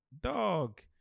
dog